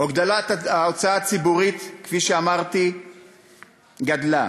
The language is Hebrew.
הוגדלה ההוצאה הציבורית, כפי שאמרתי, היא גדלה.